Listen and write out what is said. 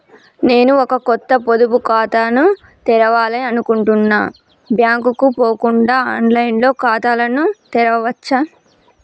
నేను ఒక కొత్త పొదుపు ఖాతాను తెరవాలని అనుకుంటున్నా బ్యాంక్ కు పోకుండా ఆన్ లైన్ లో ఖాతాను తెరవవచ్చా?